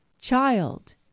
Child